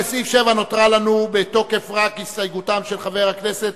לסעיף 7 נותרה לנו בתוקף רק הסתייגותם של חברי הכנסת